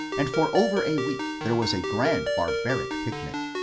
and for over a week there was a grand barbaric picnic.